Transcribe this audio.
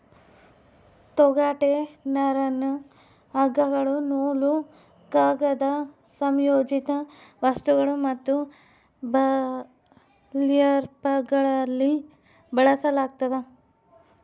ತೊಗಟೆ ನರನ್ನ ಹಗ್ಗಗಳು ನೂಲು ಕಾಗದ ಸಂಯೋಜಿತ ವಸ್ತುಗಳು ಮತ್ತು ಬರ್ಲ್ಯಾಪ್ಗಳಲ್ಲಿ ಬಳಸಲಾಗ್ತದ